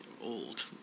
old